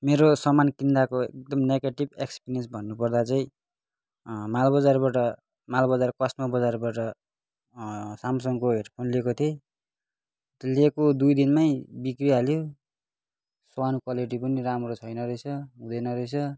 मेरो सामान किन्दाको एकदम नेगेटिभ एक्सपिरियन्स भन्नुपर्दा चाहिँ माल बजारबाट माल बजार कस्मो बजारबाट सामसङको हेडफोन लिएको थिएँ लिएको दुई दिनमै बिग्रिहाल्यो साउन्ड क्वालिटी पनि राम्रो छैन रहेछ हुँदैन रहेछ